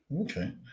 Okay